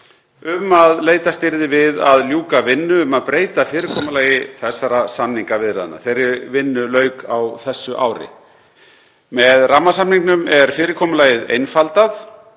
um að leitast yrði við að ljúka vinnu um að breyta fyrirkomulagi þessara samningaviðræðna. Þeirri vinnu lauk á þessu ári. Með rammasamningnum er fyrirkomulagið einfaldað